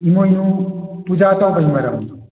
ꯏꯃꯣꯏꯅꯨ ꯄꯨꯖꯥ ꯇꯥꯎꯕꯒꯤ ꯃꯔꯝꯗꯣ